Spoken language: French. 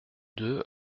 deux